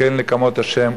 כי אל נקמות השם,